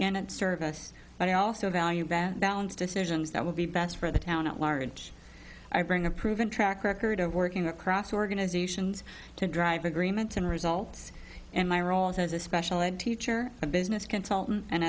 service but i also value that balance decisions that would be best for the town at large i bring a proven track record of working across organizations to drive agreements and results and my roles as a special ed teacher a business consultant and